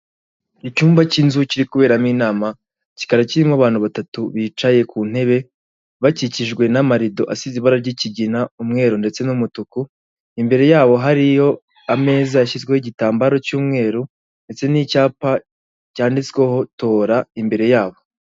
Icyumba cy'inzu kiri kuberamo inama, kikaba kirimo abantu batatu bicaye ku ntebe bakikijwe n'amarido asize ibara ry'ikigina umweru ndetse n'umutuku ,imbere yabo hariyo ameza yashyizweho igitambaro cy'umweru ndetse n'icyapa cyanditsweho tora imbere yabo.